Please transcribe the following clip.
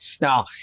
Now